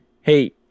Hey